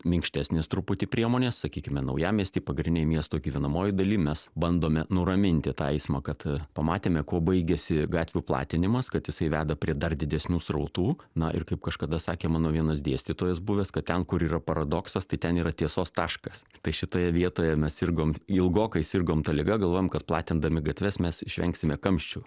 minkštesnės truputį priemonės sakykime naujamiesty pagrindinėj miesto gyvenamojoj daly mes bandome nuraminti tą eismą kad pamatėme kuo baigiasi gatvių platinimas kad jisai veda prie dar didesnių srautų na ir kaip kažkada sakė mano vienas dėstytojas buvęs kad ten kur yra paradoksas tai ten yra tiesos taškas tai šitoje vietoje mes sirgom ilgokai sirgom ta liga galvojom kad platindami gatves mes išvengsime kamščių